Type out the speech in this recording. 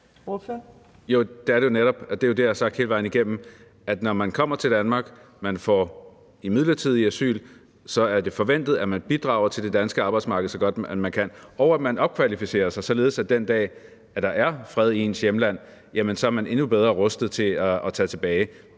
det er jo det, jeg har sagt hele vejen igennem: Når man kommer til Danmark og får midlertidigt asyl, er det forventet, at man bidrager til det danske arbejdsmarked, så godt man kan, og at man opkvalificerer sig, således at man, den dag, der er fred i ens hjemland, er endnu bedre rustet til at tage tilbage.